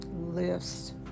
lifts